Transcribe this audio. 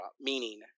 meaning